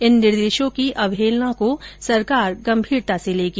इन निर्देशों की अवहेलना को सरकार गंभीरता से लेगी